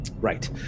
Right